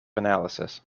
analysis